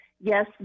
yes